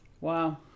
Wow